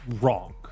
wrong